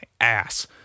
ass